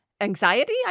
anxiety